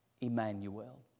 Emmanuel